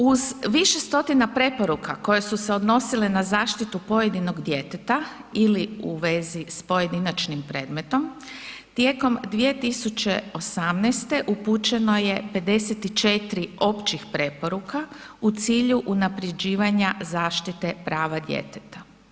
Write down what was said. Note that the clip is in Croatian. Uz više stotina preporuka koje su se odnosile na zaštitu pojedinog djeteta ili u vezi s pojedinačnim predmetom, tijekom 2018. upućeno je 54. općih preporuka u cilju unaprjeđivanja zaštite prava djeteta.